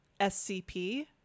scp